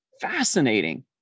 Fascinating